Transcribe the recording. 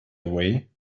away